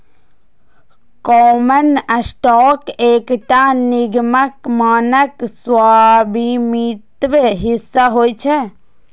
common stock एकटा निगमक मानक स्वामित्व हिस्सा होइ छै